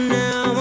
now